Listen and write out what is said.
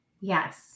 Yes